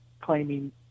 claiming